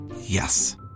Yes